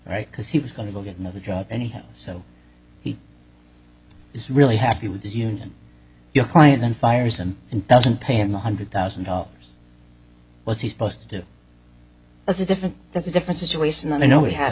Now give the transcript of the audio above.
right because he was going to go get another job anyhow so he is really happy with the union your client then fires them and doesn't pay him one hundred thousand dollars what's he supposed to do that's a different there's a different situation that i know we ha